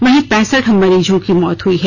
वहीं पैंसठ मरीजों की मौत हुई है